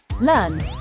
learn